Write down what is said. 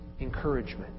encouragement